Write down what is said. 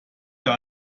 der